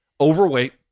Overweight